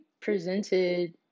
presented